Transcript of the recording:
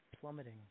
plummeting